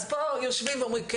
אז פה יושבים ואומרים כן.